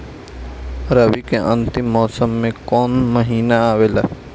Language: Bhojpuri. रवी के अंतिम मौसम में कौन महीना आवेला?